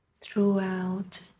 throughout